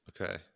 Okay